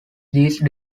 these